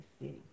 city